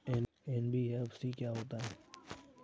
NBFC क्या होता है?